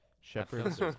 Shepherd's